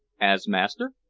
as master?